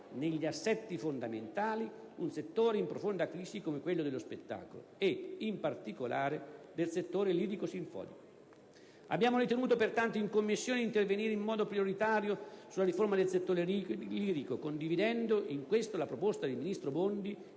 negli assetti fondamentali, un settore in profonda crisi come quello dello spettacolo e, in particolare, del settore lirico-sinfonico. Abbiamo ritenuto, pertanto, in Commissione di intervenire in modo prioritario sulla riforma del settore lirico, condividendo in questo la proposta del ministro Bondi